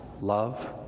love